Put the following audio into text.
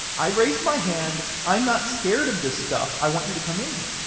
i raise my hand. i'm not scared of this stuff. i want you to come in here.